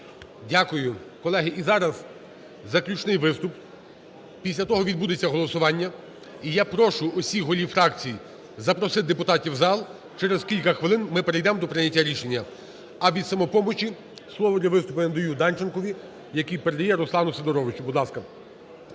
Дякую. Колеги, і зараз заключний виступ, після того відбудеться голосування і я прошу всіх голів фракцій запросити депутатів в зал через кілька хвилин ми перейдемо до прийняття рішення. А від "Самопомочі" слово для виступу я надаю Данченкові, який передає Руслану Сидоровичу,